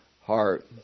heart